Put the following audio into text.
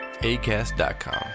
ACAST.com